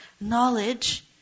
knowledge